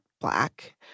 Black